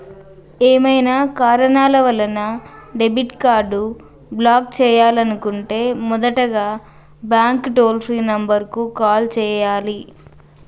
ఏవైనా కారణాల వలన డెబిట్ కార్డ్ని బ్లాక్ చేయాలనుకుంటే మొదటగా బ్యాంక్ టోల్ ఫ్రీ నెంబర్ కు కాల్ చేయాలే